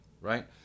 right